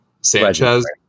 Sanchez